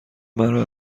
مرا